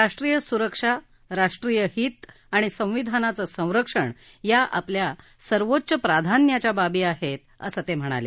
राष्ट्रीय सुरक्षा राष्ट्रीय हित आणि संविधानाचं संरक्षण या आपल्या सर्वोच्च प्राधान्याच्या बाबी आहेत असं ते म्हणाले